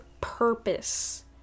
purpose